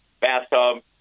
bathtub